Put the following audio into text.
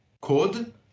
code